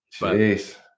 Jeez